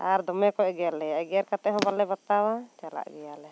ᱟᱨ ᱫᱚᱢᱮ ᱠᱚ ᱮᱜᱮᱨ ᱞᱮᱭᱟ ᱮᱜᱮᱨ ᱠᱟᱛᱮ ᱦᱚᱸ ᱵᱟᱞᱮ ᱵᱟᱛᱟᱣᱟ ᱪᱟᱞᱟᱜ ᱜᱮᱭᱟ ᱞᱮ